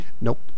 nope